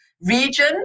region